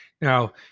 Now